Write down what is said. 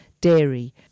dairy